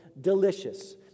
delicious